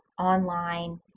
online